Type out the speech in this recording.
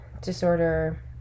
disorder